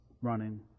running